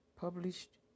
published